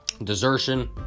desertion